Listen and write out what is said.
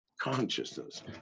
consciousness